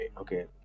okay